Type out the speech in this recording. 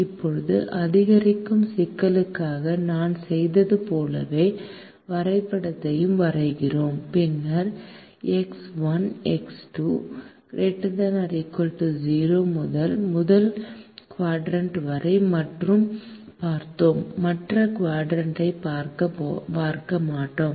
இப்போது அதிகரிப்பு சிக்கலுக்காக நான் செய்தது போலவே வரைபடத்தையும் வரைகிறோம் பின்னர் எக்ஸ் 1 எக்ஸ் 2 ≥0 முதல் முதல் குவாட்ரண்ட் வரை மட்டுமே பார்ப்போம் மற்ற குவாட்ரண்ட்ஐ பார்க்க மாட்டோம்